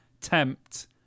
Tempt